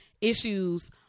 issues